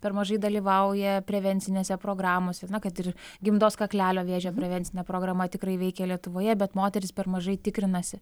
per mažai dalyvauja prevencinėse programose na kad ir gimdos kaklelio vėžio prevencinė programa tikrai veikia lietuvoje bet moterys per mažai tikrinasi